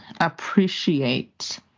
appreciate